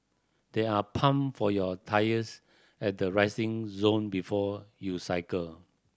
there are pump for your tyres at the resting zone before you cycle